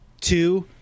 two